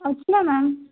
వచ్చాను మ్యామ్